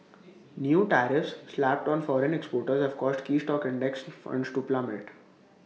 new tariffs slapped on foreign exporters have caused key stock index funds to plummet